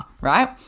right